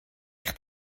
eich